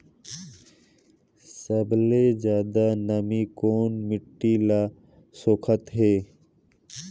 सबले ज्यादा नमी कोन मिट्टी ल सोखत हे?